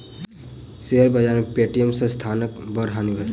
share बाजार में Paytm संस्थानक बड़ हानि भेल